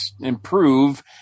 improve